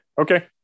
Okay